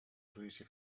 judici